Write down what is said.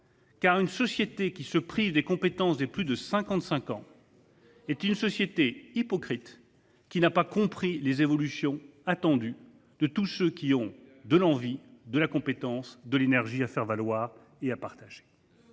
: une société qui se prive des compétences des plus de 55 ans est une société hypocrite, qui n’a pas compris les évolutions attendues par tous ceux qui ont de l’envie, des compétences et de l’énergie à faire valoir et à partager.